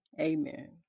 amen